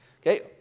Okay